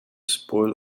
spoil